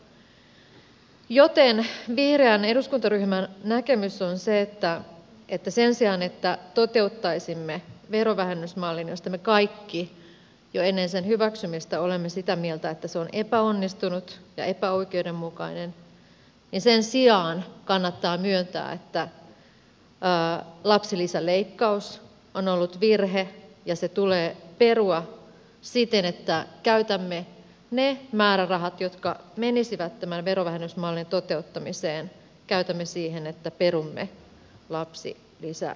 joten vihreän eduskuntaryhmän näkemys on se että sen sijaan että toteuttaisimme verovähennysmallin josta me kaikki jo ennen sen hyväksymistä olemme sitä mieltä että se on epäonnistunut ja epäoikeudenmukainen kannattaa myöntää että lapsilisäleikkaus on ollut virhe ja se tulee perua siten että käytämme ne määrärahat jotka menisivät tämän verovähennysmallin toteuttamiseen siihen että perumme lapsilisäleikkauksen